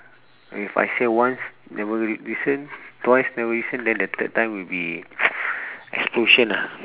if I say once never listen twice never listen then the third time will be explosion lah